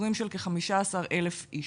לפיטורים של כ-15,000 איש.